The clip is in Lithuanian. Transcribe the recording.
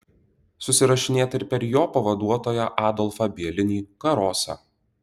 susirašinėta ir per jo pavaduotoją adolfą bielinį karosą